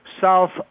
south